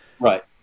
Right